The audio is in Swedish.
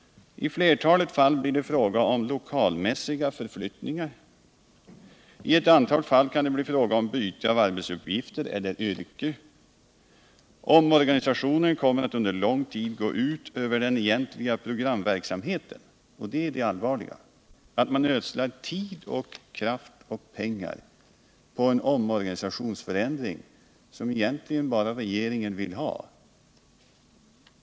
I flertalet fall blir det fråga om lokalmässiga förflyttningar, i ett antal fall kan det bli fråga om byte av arbetsuppgifter eller yrke, och omorganisationen kommer under lång tid att gå ut över den egentliga programverksamheten. Det är detta som är det allvarliga, att man ödslar tid, kraft och pengar på en omorganisation som egentligen bara regeringen vill ha.